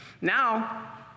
Now